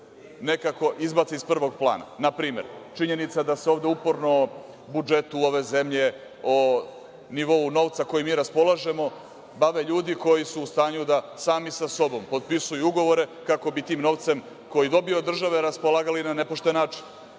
nekako izbace iz prvog plana. Na primer, činjenica je da se ovde o budžetu ove zemlje, o nivou novca kojim mi raspolažemo bave ljudi koji su u stanju da sami sa sobom potpisuju ugovore kako bi tim novcem koji dobiju od države raspolagali na nepošten